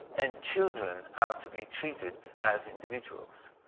and children are to be treated as individuals.